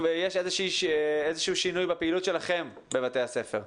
יש איזשהו שינוי בפעילות שלכם בבתי הספר.